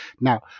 Now